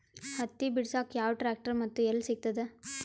ಹತ್ತಿ ಬಿಡಸಕ್ ಯಾವ ಟ್ರ್ಯಾಕ್ಟರ್ ಮತ್ತು ಎಲ್ಲಿ ಸಿಗತದ?